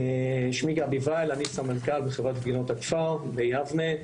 אני סמנכ"ל בחברת "גבינות הכפר" ביבנה,